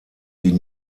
die